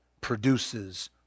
produces